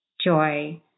joy